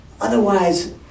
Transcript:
Otherwise